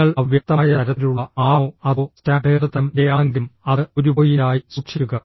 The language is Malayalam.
നിങ്ങൾ അവ്യക്തമായ തരത്തിലുള്ള ആളാണോ അതോ സ്റ്റാൻഡേർഡ് തരം ജെ ആണെങ്കിലും അത് ഒരു പോയിന്റായി സൂക്ഷിക്കുക